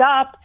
up